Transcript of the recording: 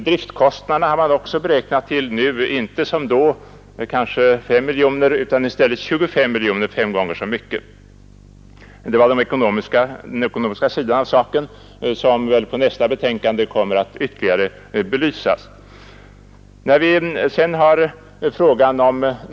Driftkostnaderna beräknades då till ungefär 5 miljoner; de är nu beräknade till 25 miljoner, alltså fem gånger så mycket. Detta om den ekonomiska sidan av saken. Den kommer väl att belysas ytterligare i nästa betänkande som vi här skall behandla.